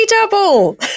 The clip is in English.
double